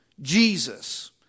Jesus